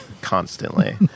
Constantly